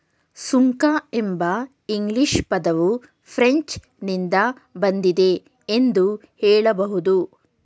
ಸುಂಕ ಎಂಬ ಇಂಗ್ಲಿಷ್ ಪದವು ಫ್ರೆಂಚ್ ನಿಂದ ಬಂದಿದೆ ಎಂದು ಹೇಳಬಹುದು